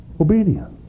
obedience